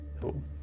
Cool